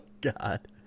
God